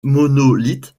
monolithe